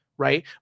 Right